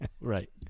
Right